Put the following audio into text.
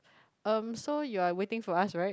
um so you are waiting for us [right]